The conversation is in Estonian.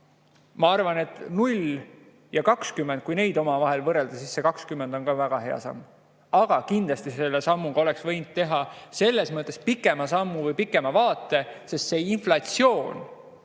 ma arvan, et null ja 20, kui neid omavahel võrrelda, siis see 20 on ka väga hea samm. Kindlasti oleks võinud teha selles mõttes pikema sammu või pikema vaate, sest inflatsioon